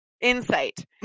Insight